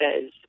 says